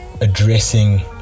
addressing